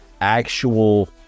actual